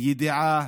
ידיעה